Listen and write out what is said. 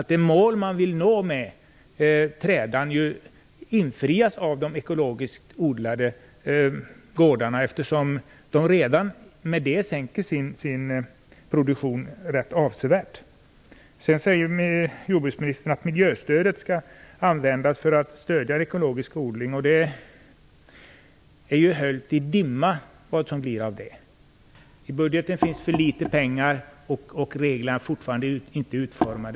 De mål man vill nå med trädan infrias ju av gårdarna med ekologisk odling, eftersom de redan sänker sin produktion rätt avsevärt. Jordbruksministern säger att miljöstödet skall användas för att stödja ekologisk odling. Det är ju höljt i dimma vad det blir av det. I budgeten finns det för litet pengar, och reglerna är ännu inte utformade.